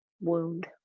wound